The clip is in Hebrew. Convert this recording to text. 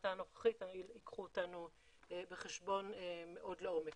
שבהחלטה הנוכחית ייקחו אותנו בחשבון מאוד לעומק.